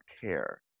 care